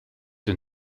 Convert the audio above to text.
the